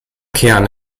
kern